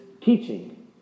teaching